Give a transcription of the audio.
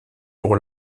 pour